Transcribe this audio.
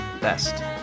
best